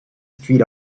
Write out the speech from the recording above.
street